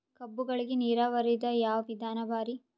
ಕಬ್ಬುಗಳಿಗಿ ನೀರಾವರಿದ ಯಾವ ವಿಧಾನ ಭಾರಿ?